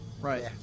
right